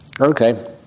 Okay